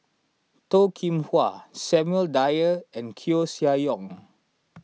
Toh Kim Hwa Samuel Dyer and Koeh Sia Yong